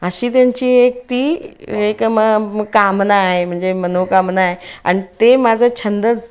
अशी त्यांची एक ती एक म कामना आहे म्हणजे मनोकामना आहे आणि ते माझं छंद